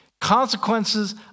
consequences